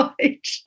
right